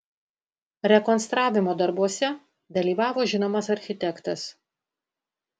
rekonstravimo darbuose dalyvavo žinomas architektas